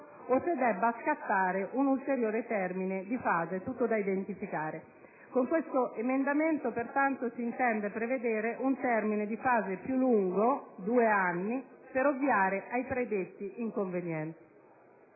o se debba scattare un ulteriore termine di fase tutto da identificare. Con questo emendamento si intende prevedere un termine di fase più lungo (due anni) per ovviare ai predetti inconvenienti.